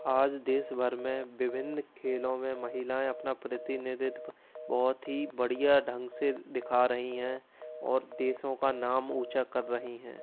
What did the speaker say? आज देश भर में विभिन्न खेलों में महिलाएँ अपना प्रतिनिधित्व बहुत ही बढ़िया ढंग से दिखा रहीं हैं और देशों का नाम ऊँचा कर रहीं हैं